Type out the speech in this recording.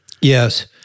Yes